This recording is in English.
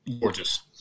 gorgeous